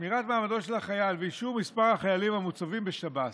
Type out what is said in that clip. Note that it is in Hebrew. שמירת מעמדו של החייל ואישור מספר החיילים המוצבים בשב"ס.